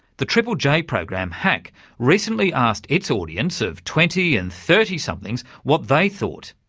the triple-j ah program hack recently asked its audience of twenty and thirty somethings what they thought.